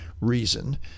reason